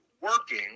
working